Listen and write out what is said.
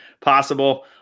possible